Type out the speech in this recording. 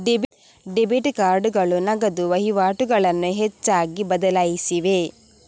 debit ಕಾರ್ಡುಗಳು ನಗದು ವಹಿವಾಟುಗಳನ್ನು ಹೆಚ್ಚಾಗಿ ಬದಲಾಯಿಸಿವೆ